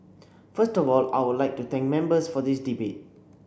first of all I would like to thank Members for this debate